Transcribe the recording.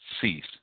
cease